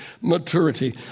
maturity